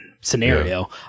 scenario